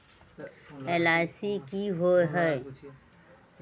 LIC की होअ हई?